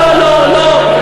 לא, לא.